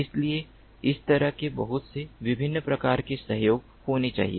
इसलिए इस तरह के बहुत से विभिन्न प्रकार के सहयोग होने चाहिए